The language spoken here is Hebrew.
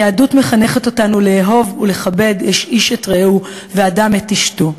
היהדות מחנכת אותנו לאהוב ולכבד איש את רעהו ואדם את אשתו.